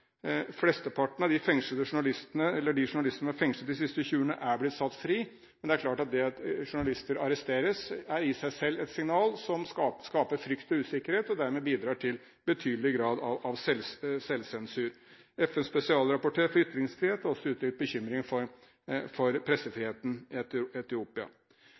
Flesteparten av de journalistene som er blitt fengslet de siste 20 årene, er satt fri, men det at journalister arresteres, er i seg selv et signal som skaper frykt og usikkerhet og dermed bidrar til en betydelig grad av selvsensur. FNs spesialrapportør for ytringsfrihet har også uttrykt bekymring for pressefriheten i Etiopia. Vi er også bekymret for det begrensede rommet for politisk opposisjon i Etiopia.